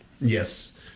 Yes